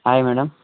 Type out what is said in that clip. hi madam